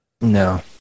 No